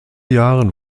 jahren